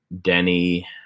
Denny